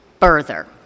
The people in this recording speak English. further